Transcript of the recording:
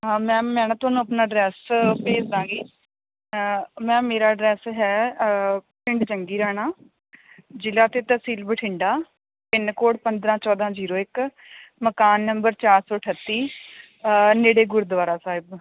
ਹਾਂ ਮੈਮ ਮੈਂ ਨਾ ਤੁਹਾਨੂੰ ਆਪਣਾ ਐਡਰੈੱਸ ਭੇਜਦਾਂਗੀ ਮੈਮ ਮੇਰਾ ਐਡਰੈੱਸ ਹੈ ਪਿੰਡ ਚੰਗੀ ਰਾਣਾ ਜ਼ਿਲ੍ਹਾ ਅਤੇ ਤਹਿਸੀਲ ਬਠਿੰਡਾ ਪਿੰਨ ਕੋਡ ਪੰਦਰਾਂ ਚੌਦਾਂ ਜ਼ੀਰੋ ਇੱਕ ਮਕਾਨ ਨੰਬਰ ਚਾਰ ਸੌ ਅਠੱਤੀ ਨੇੜੇ ਗੁਰਦੁਆਰਾ ਸਾਹਿਬ